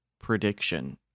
prediction